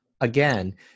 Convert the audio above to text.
again